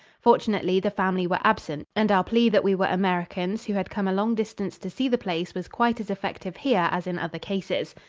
fortunately, the family were absent, and our plea that we were americans who had come a long distance to see the place was quite as effective here as in other cases.